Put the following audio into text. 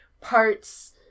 parts